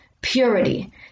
purity